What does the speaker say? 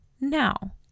now